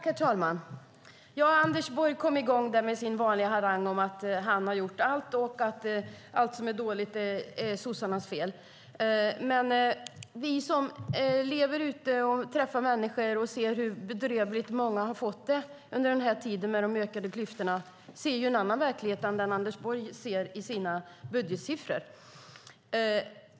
Herr talman! Anders Borg kom i gång med sin vanliga harang om att han har gjort allt och att allt som är dåligt är sossarnas fel. Vi som är ute och träffar människor och ser hur bedrövligt många har fått det under den här tiden med ökade klyftor ser dock en annan verklighet än den Anders Borg ser i sina budgetsiffror.